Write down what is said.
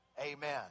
Amen